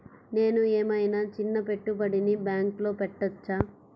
నేను ఏమయినా చిన్న పెట్టుబడిని బ్యాంక్లో పెట్టచ్చా?